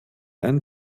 einen